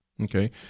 Okay